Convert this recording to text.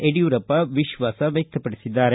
ಯಡಿಯೂರಪ್ಪ ವಿಶ್ವಾಸ ವ್ಚಕ್ತಪಡಿಸಿದ್ದಾರೆ